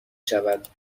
شود